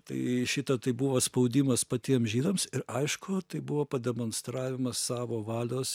tai šitą tai buvo spaudimas patiem žydams ir aišku tai buvo pademonstravimas savo valios